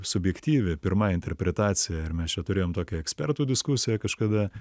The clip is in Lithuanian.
subjektyvi pirma interpretacija ir mes čia turėjom tokią ekspertų diskusiją kažkada